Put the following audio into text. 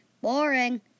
Boring